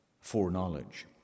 foreknowledge